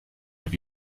have